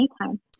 anytime